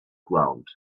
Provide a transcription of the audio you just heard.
ground